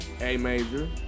A-Major